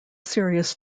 serious